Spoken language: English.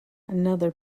another